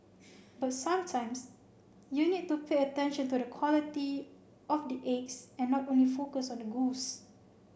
but sometimes you need to pay attention to the quality of the eggs and not only focus on the goose